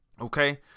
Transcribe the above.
Okay